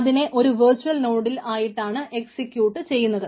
അതിനെ ഒരു വെർച്ചൽനോടിൽ ആയിട്ടാണ് എക്സിക്യൂട്ട് ചെയ്യുന്നത്